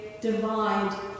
divide